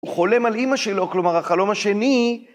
הוא חולם על אמא שלו, כלומר, החלום השני...